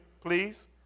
please